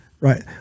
Right